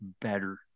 better